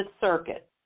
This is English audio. Circuit